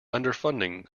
underfunding